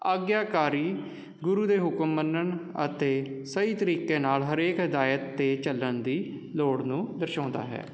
ਆਗਿਆਕਾਰੀ ਗੁਰੂ ਦੇ ਹੁਕਮ ਮੰਨਣ ਅਤੇ ਸਹੀ ਤਰੀਕੇ ਨਾਲ ਹਰੇਕ ਹਦਾਇਤ 'ਤੇ ਚੱਲਣ ਦੀ ਲੋੜ ਨੂੰ ਦਰਸ਼ਾਉਂਦਾ ਹੈ